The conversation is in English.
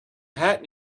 hat